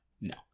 No